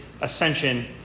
ascension